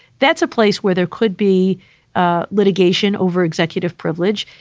that's a place where there could be ah litigation over executive privilege.